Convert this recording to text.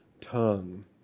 tongue